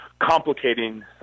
complicating